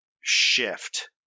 shift